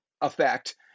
effect